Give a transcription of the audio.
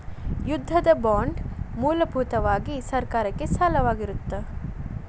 ಯುದ್ಧದ ಬಾಂಡ್ ಮೂಲಭೂತವಾಗಿ ಸರ್ಕಾರಕ್ಕೆ ಸಾಲವಾಗಿರತ್ತ